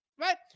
right